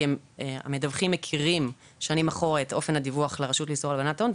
כי המדווחים מכירים שנים אחורה את אופן הדיווח לרשות לאיסור הלבנת הון.